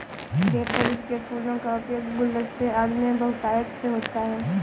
daffodil के फूलों का उपयोग गुलदस्ते आदि में बहुतायत से होता है